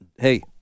Hey